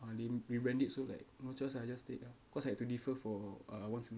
but they rebrand it so like no choice ah I just stayed ah cause I have to defer for err one semester